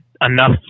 enough